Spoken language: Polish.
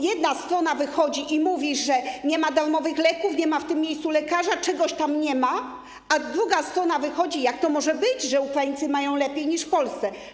Jedna strona wychodzi i mówi, że nie ma darmowych leków, nie ma w tym miejscu lekarza, czegoś tam nie ma, a druga strona wychodzi i mówi: jak to może być, że Ukraińcy mają lepiej niż Polacy.